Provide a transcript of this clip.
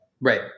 Right